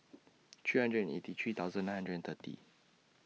three hundred eighty three thousand nine hundred and thirty